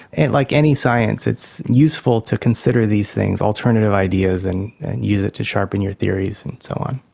and like any science, it's useful to consider these things, alternative ideas, and and use it to sharpen your theories and so on.